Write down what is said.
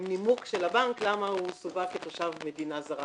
עם נימוק של הבנק למה הוא סווג כתושב מדינה זרה.